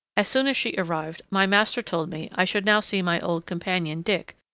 as soon as she arrived, my master told me i should now see my old companion, dick,